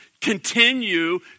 Continue